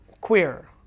queer